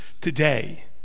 today